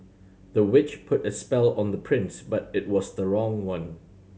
the witch put a spell on the prince but it was the wrong one